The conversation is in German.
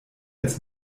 als